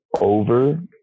over